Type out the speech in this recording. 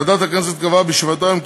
ועדת הכנסת קבעה בישיבתה היום,